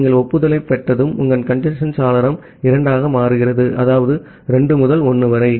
நீங்கள் ஒப்புதலைப் பெற்றதும் உங்கள் கஞ்சேஸ்ன் சாளரம் இரண்டாக மாறுகிறது அதாவது 2 முதல் 1 வரை